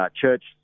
church